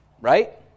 Right